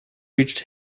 reached